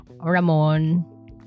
Ramon